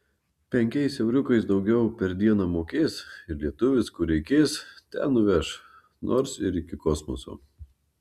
penkiais euriukais daugiau per dieną mokės ir lietuvis kur reikės ten nuveš nors ir iki kosmoso